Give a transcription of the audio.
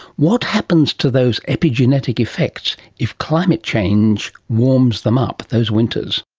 what happens to those epigenetic effects if climate change warms them up, those winters?